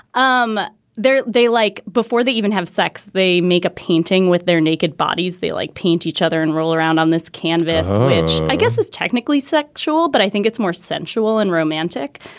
um they like before they even have sex, they make a painting with their naked bodies they, like paint each other and roll around on this canvas, which i guess is technically sexual. but i think it's more sensual and romantic.